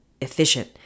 efficient